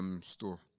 store